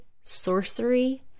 sorcery